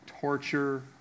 torture